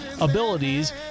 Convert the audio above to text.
abilities